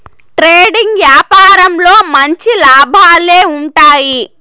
trading యాపారంలో మంచి లాభాలే ఉంటాయి